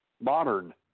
Modern